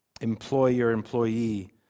employer-employee